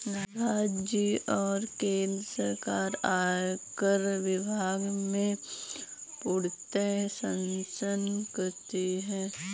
राज्य और केन्द्र सरकार आयकर विभाग में पूर्णतयः शासन करती हैं